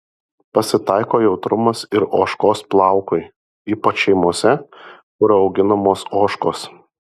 pasitaiko jautrumas ir ožkos plaukui ypač šeimose kur auginamos ožkos